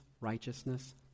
righteousness